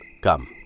Come